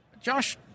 Josh